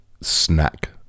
snack